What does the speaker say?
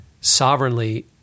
sovereignly